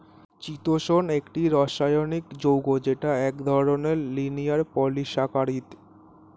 চিতোষণ একটি রাসায়নিক যৌগ যেটা এক ধরনের লিনিয়ার পলিসাকারীদ